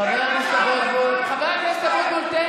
חבר הכנסת אבוטבול.